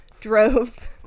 drove